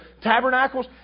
tabernacles